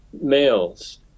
males